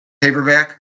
paperback